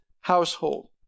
household